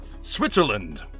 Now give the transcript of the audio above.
Switzerland